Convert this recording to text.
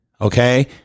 Okay